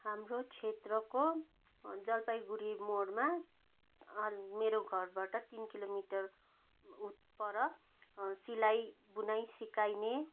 हाम्रो क्षेत्रको जलपाइगुडी मोडमा मेरो घरबाट तिन किलो मिटर उता पर सिलाइ बुनाइ सिकाइने